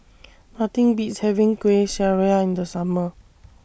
Nothing Beats having Kueh Syara in The Summer